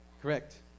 Correct